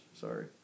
Sorry